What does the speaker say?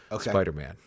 Spider-Man